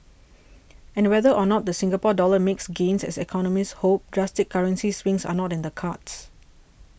and whether or not the Singapore Dollar makes gains as economists hope drastic currency swings are not in the cards